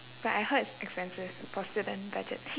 but I heard it's expensive for student budget